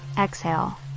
Exhale